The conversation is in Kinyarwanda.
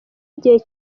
igihe